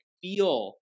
feel